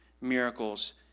miracles